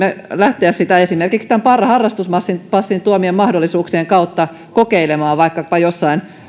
lähteä sitä esimerkiksi tämän harrastuspassin tuomien mahdollisuuksien kautta kokeilemaan vaikkapa jossain